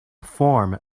form